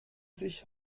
sich